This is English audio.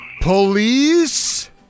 Police